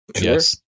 Yes